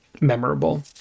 memorable